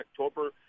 October